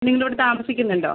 നിങ്ങളിവിടെ താമസിക്കുന്നുണ്ടോ